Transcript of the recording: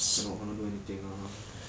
cannot cannot do anything lor